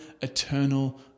eternal